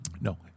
No